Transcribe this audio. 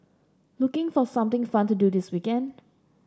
looking for something fun to do this weekend